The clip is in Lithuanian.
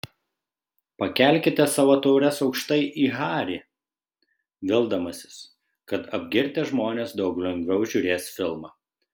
pakelkite savo taures aukštai į harį vildamasis kad apgirtę žmonės daug lengviau žiūrės filmą